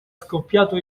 scoppiato